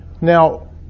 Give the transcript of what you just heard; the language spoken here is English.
Now